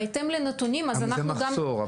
בהתאם לנתונים אנחנו גם --- זה מחסור,